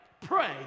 pray